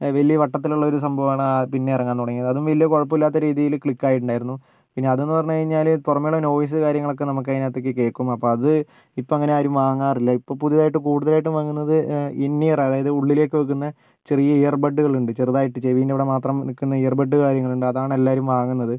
വലിയ വട്ടത്തിലുള്ള ഒരു സംഭവമാണ് പിന്നെ ഇറങ്ങാൻ തുടങ്ങിത് അതും വലിയ കുഴപ്പമില്ലാത്ത രീതിയിൽ ക്ലിക്ക് ആയിട്ടുണ്ടായിരുന്നു പിന്നെ അതെന്ന് പറഞ്ഞു കഴിഞ്ഞാൽ പുറമെയുള്ള നോയിസ് കാര്യങ്ങളൊക്കെ നമുക്ക് അതിനകത്തേക്ക് കേൾക്കും അപ്പോൾ അത് ഇപ്പങ്ങനെ ആരും വാങ്ങാറില്ല ഇപ്പോൾ പുതുതായിട്ട് കൂടുതലായിട്ടും വാങ്ങുന്നത് ഇൻ ഇയർ അതായത് ഉള്ളിലേക്ക് വെക്കുന്ന ചെറിയ ഇയർ ബഡ്ഡുകളുണ്ട് ചെറുതായിട്ട് ചെവിന്റവിടെ മാത്രം നിൽക്കുന്ന ചെറിയ ഇയർ ബഡു കാര്യങ്ങളുണ്ട് അതാണ് എല്ലാവരും വാങ്ങുന്നത്